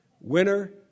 Winner